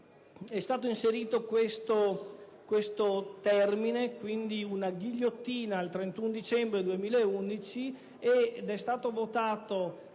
è stato inserito questo termine, quindi una ghigliottina al 31 dicembre 2011, ed è stato votato